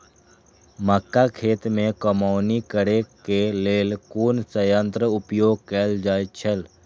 मक्का खेत में कमौनी करेय केय लेल कुन संयंत्र उपयोग कैल जाए छल?